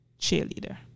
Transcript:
cheerleader